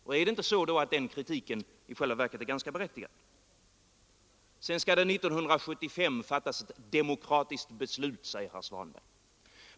Och är inte den kritiken i själva verket då ganska berättigad? Sedan sade herr Svanberg att det skall fattas ett demokratiskt beslut 1975.